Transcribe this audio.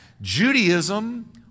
Judaism